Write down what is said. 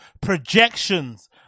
projections